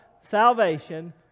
salvation